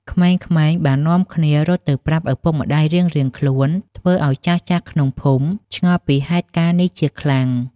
ក្មេងៗបាននាំគ្នារត់ទៅប្រាប់ឪពុកម្ដាយរៀងៗខ្លួន ធ្វើឲ្យចាស់ៗក្នុងភូមិឆ្ងល់ពីហេតុការណ៍នេះជាខ្លាំង។